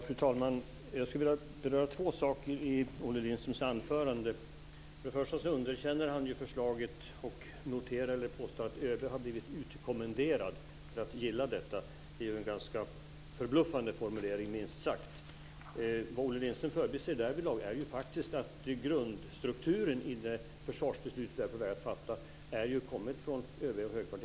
Fru talman! Jag skulle vilja beröra två saker i Olle Lindströms anförande. Först och främst underkänner han förslaget och påstår att ÖB har blivit utkommenderad att gilla detta. Men det är minst sagt en ganska förbluffande formulering. Vad Olle Lindström därvidlag förbiser är att grundstrukturen i fråga om det försvarsbeslut som vi är på väg att fatta är kommen från ÖB och högkvarteret.